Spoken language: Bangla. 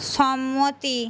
সম্মতি